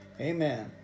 Amen